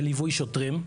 בליווי שוטרים,